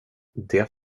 det